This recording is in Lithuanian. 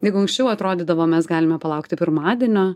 jeigu anksčiau atrodydavo mes galime palaukti pirmadienio